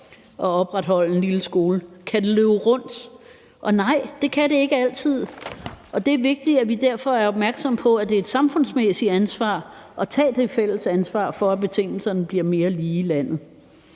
at opretholde en lille skole? Kan det løbe rundt? Nej, det kan det ikke altid, og det er vigtigt, at vi derfor er opmærksomme på, at det er et samfundsmæssigt ansvar at tage det fælles ansvar for, at betingelserne bliver mere lige i landet.